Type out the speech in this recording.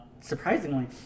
surprisingly